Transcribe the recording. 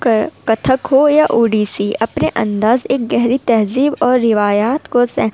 کر کتھک ہو یا او ڈی سی اپنے انداز ایک گہری تہذیب اور روایات کو سہ